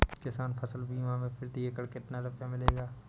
किसान फसल बीमा से प्रति एकड़ कितना रुपया मिलेगा?